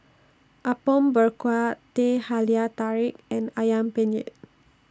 Apom Berkuah Teh Halia Tarik and Ayam Penyet